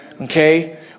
Okay